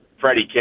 Freddie